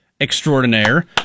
Extraordinaire